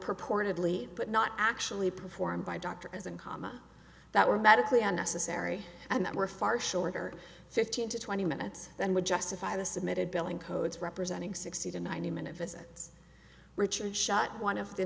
purportedly but not actually performed by a doctor as in comma that were medically unnecessary and that were far shorter fifteen to twenty minutes than would justify the submitted billing codes representing sixty to ninety minute visits richard shot one of the